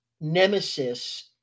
nemesis